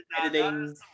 editing